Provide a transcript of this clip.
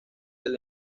del